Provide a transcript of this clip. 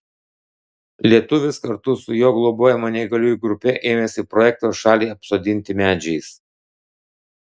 lietuvis kartu su jo globojama neįgaliųjų grupe ėmėsi projekto šalį apsodinti medžiais